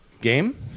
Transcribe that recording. game